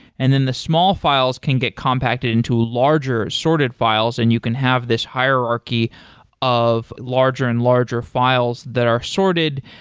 and then the small files can get compacted into larger sorted files and you can have this hierarchy of larger and larger files that are sorted.